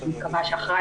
אני מקווה שאחרי,